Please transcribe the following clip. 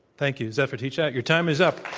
thank you, zephyr teachout, your time is up.